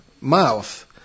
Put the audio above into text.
mouth